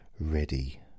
ready